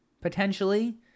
potentially